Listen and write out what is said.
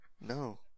no